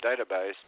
database